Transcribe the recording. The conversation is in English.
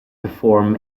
perform